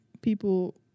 People